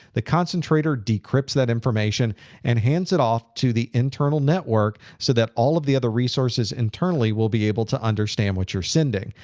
the concentrator decrypts that information information and hands it off to the internal network so that all of the other resources internally will be able to understand what you're sending.